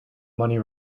money